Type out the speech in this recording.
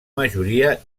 majoria